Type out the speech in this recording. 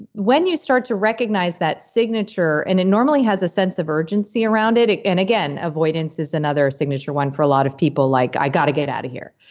when you start to recognize that signature. and it normally has a sense of urgency around it it and again avoidance is another signature one for a lot of people like, i got to get out of here,